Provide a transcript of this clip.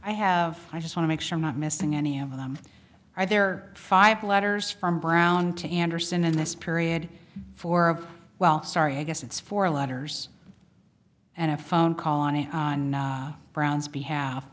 i have i just wanna make sure i'm not missing any of them are there five letters from brown to anderson in this period for a while sorry i guess it's four letters and a phone call on brown's behalf